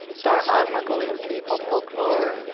darkhad, mongolian people, folklore,